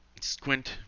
Squint